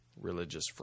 religious